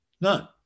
None